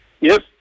Yes